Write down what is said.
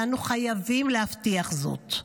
ואנו חייבים להבטיח זאת.